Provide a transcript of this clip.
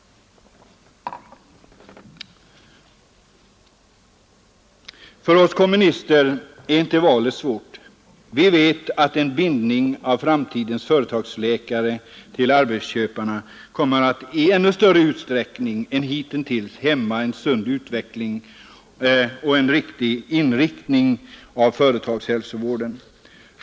För oss kommunister är valet inte svårt. Vi vet att en bindning av framtidens företagsläkare till arbetsköparna kommer att i ännu större utsträckning än hittills hämma en sund utveckling och en riktig inriktning av företagshälsovården.